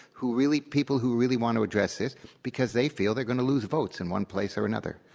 who really people who really want to address this because they feel they're going to lose votes in one place or another.